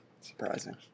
Surprising